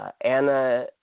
Anna